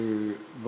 הצעות מס' 105 ו-107.